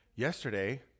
Yesterday